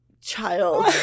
child